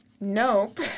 Nope